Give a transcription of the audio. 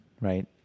right